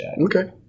okay